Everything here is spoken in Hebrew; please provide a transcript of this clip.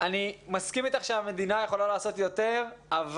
אני מסכים איתך שהמדינה יכולה לעשות יותר אבל